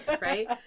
right